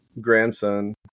grandson